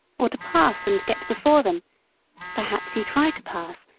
or to pass, and get before them perhaps you try to pass,